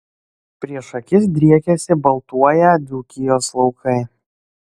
prieš akis driekėsi baltuoją dzūkijos laukai